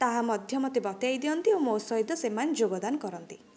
ତାହା ମଧ୍ୟ ମୋତେ ବତାଇ ଦିଅନ୍ତି ଓ ମୋ ସହିତ ସେମାନେ ଯୋଗଦାନ କରନ୍ତି